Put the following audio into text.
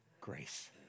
grace